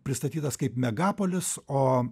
pristatytas kaip megapolis o